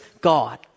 God